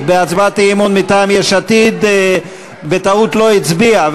בהצבעת האי-אמון מטעם יש עתיד בטעות לא הצביע.